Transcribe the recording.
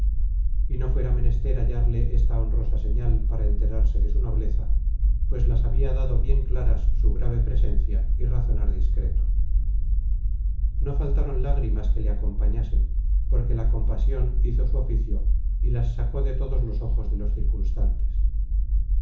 y no fuera menester hallarle esta honrosa señal para enterarse de su nobleza pues las habia dado bien claras su grave presencia y razonar discreto no faltaron lágrimas que le acompañasen porque la compasion hizo su oficio y las sacó de todos los ojos de los